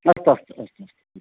अस्तु अस्तु अस्तु अस्तु